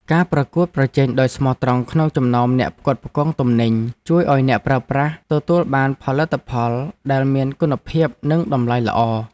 ការប្រកួតប្រជែងដោយស្មោះត្រង់ក្នុងចំណោមអ្នកផ្គត់ផ្គង់ទំនិញជួយឱ្យអ្នកប្រើប្រាស់ទទួលបានផលិតផលដែលមានគុណភាពនិងតម្លៃល្អ។